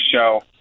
show